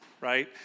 right